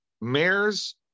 mayors